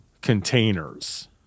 containers